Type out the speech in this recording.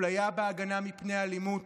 אפליה בהגנה מפני אלימות,